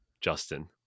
Justin